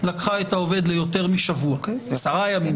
לקחה את העובד ליותר משבוע-עשרה ימים,